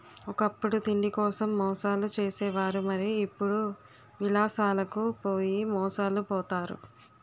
ఒకప్పుడు తిండికోసం మోసాలు చేసే వారు మరి ఇప్పుడు విలాసాలకు పోయి మోసాలు పోతారు